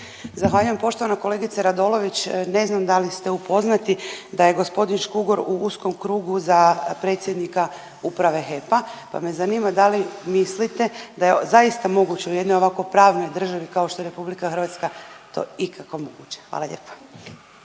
Zahvaljujem poštovana kolegice Radolović. Ne znam da li ste upoznati da je gospodin Škugor u uskom krugu za predsjednika Uprave HEP-a, pa me zanima da li mislite da je zaista moguće u jednoj ovako pravnoj državi kao što je Republika Hrvatska to ikako moguće? Hvala lijepa.